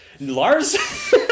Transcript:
lars